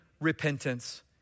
repentance